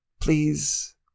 please